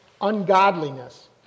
ungodliness